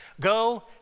go